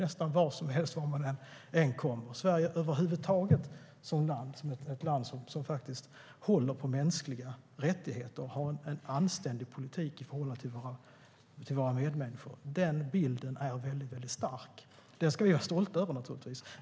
Nästan var man än kommer är Sverige känt som ett land som håller på mänskliga rättigheter och som har en anständig politik i förhållande till våra medmänniskor. Den bilden är väldigt stark. Det ska vi naturligtvis vara stolta över.